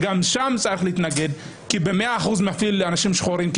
גם שם צריך להתנגד כי במאה אחוזים הוא מפיל אנשים שחורים,